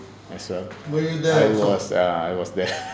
as well I was I was there